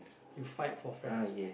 you fight for friends